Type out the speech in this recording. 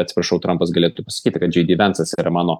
atsiprašau trampas galėtų pasakyti kad džei dy vencas yra mano